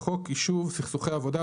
בחוק יישוב סכסוכי עבודה,